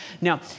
Now